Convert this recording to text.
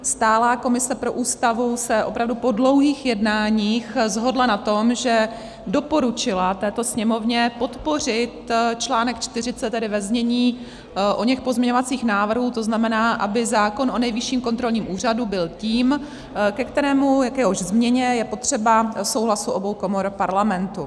Stálá komise pro Ústavu se opravdu po dlouhých jednáních shodla na tom, že doporučila této Sněmovně podpořit článek 40 tedy ve znění oněch pozměňovacích návrhů, to znamená, aby zákon o Nejvyšším kontrolním úřadu byl tím, k jehož změně je potřeba souhlasu obou komor Parlamentu.